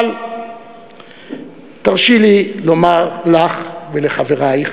אבל תרשי לי לומר לך ולחברייך,